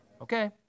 Okay